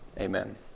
Amen